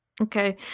okay